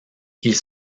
ils